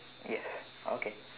yes okay